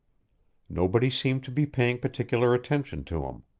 nobody seemed to be paying particular attention to him.